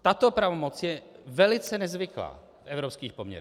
Tato pravomoc je velice nezvyklá v evropských poměrech.